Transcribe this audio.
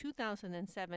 2007